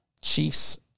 chiefs